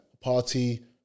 Party